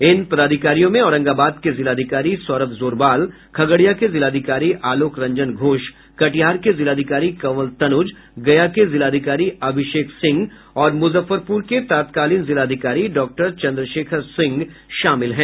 इन पदाधिकारियों में औरंगाबाद के जिलाधिकारी सौरभ जोरवाल खगड़िया के जिलाधिकारी आलोक रंजन घोष कटिहार के जिलाधिकारी कंवल तनुज गया के जिलाधिकारी अभिषेक सिंह और मुजफ्फरपुर के तत्कालिन जिलाधिकारी डॉक्टर चन्द्रशेखर सिंह शामिल हैं